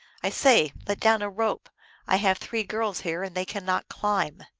i say, let down a rope i have three girls here, and they cannot climb.